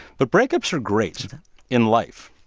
but breakups are great in life.